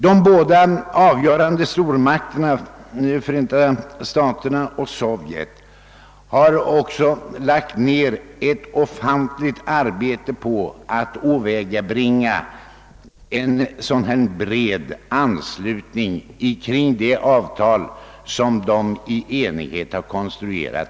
De båda stormakterna Förenta staterna och Sovjet som har avgörandet i sin hand har också lagt ned ett ofantligt arbete på att få till stånd en bred anslutning till det avtal som de konstruerat och enats om.